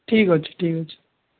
ଠିକ୍ ଅଛି ଠିକ୍ ଅଛି